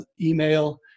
email